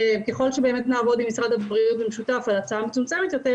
ככל שנעבוד עם משרד הבריאות במשותף על הצעה מצומצמת יותר,